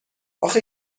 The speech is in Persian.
آخه